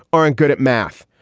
aren't good at math.